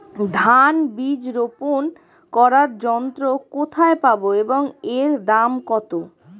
ধান বীজ রোপন করার যন্ত্র কোথায় পাব এবং এর দাম কত?